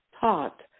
taught